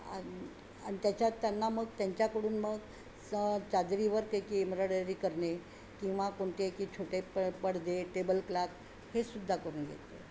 आणि त्याच्यात त्यांना मग त्यांच्याकडून मग चादरीवर काय की एम्ब्रॉयडरी करणे किंवा कोणते की छोटे प पडदे टेबल क्लॉथ हेसुद्धा करून घेते